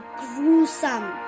gruesome